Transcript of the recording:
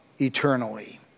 eternally